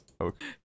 Okay